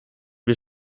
wir